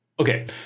Okay